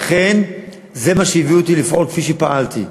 לכן זה מה שהביא אותי לפעול כפי שפעלתי.